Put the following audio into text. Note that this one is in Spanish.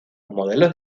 modelos